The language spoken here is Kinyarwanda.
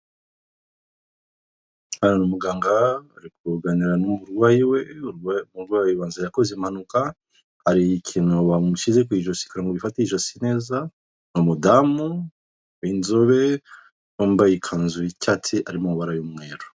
Hano hari umuganga uri kuganira n'umurwayi we umurwaye ubanza yakoze impanuka hari ikintu bamushyize ku ijosi kugira ngo gifate ijosi neza n'umudamu w'inzobe wambaye ikanzu y'icyatsi harimo amabara y'umweru.